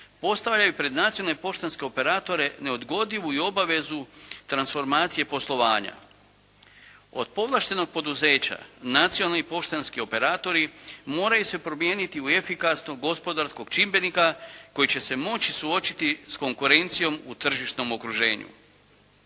postavio je pred nacionalne poštanske operatore neodgodivu i obavezu transformacije poslovanja. Od povlaštenog poduzeća nacionalni poštanski operatori moraju se promijeniti u efikasnog gospodarskog čimbenika koji će se moći suočiti s konkurencijom u tržišnom okruženju.